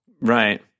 Right